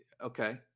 okay